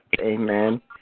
Amen